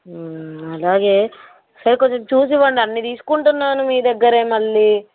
అలాగే సరే కొంచెం చూసి ఇవ్వండి అన్ని తీసుకుంటున్నాను మీ దగ్గర మళ్ళీ